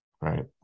right